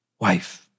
wife